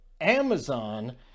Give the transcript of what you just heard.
Amazon